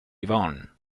yvonne